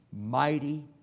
mighty